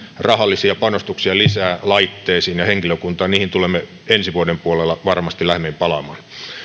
rahallisia panostuksia lisää laitteisiin ja henkilökuntaan niihin tulemme ensi vuoden puolella varmasti lähemmin palaamaan